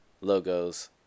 logos